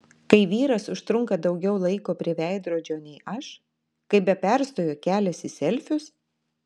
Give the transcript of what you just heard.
kai vyras užtrunka daugiau laiko prie veidrodžio nei aš kai be perstojo keliasi selfius